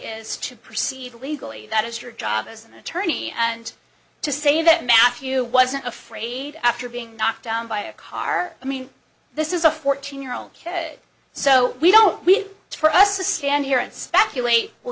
is to perceive illegally that is your job as an attorney and to say that matthew wasn't afraid after being knocked down by a car i mean this is a fourteen year old kid so we don't we for us to stand here and speculate w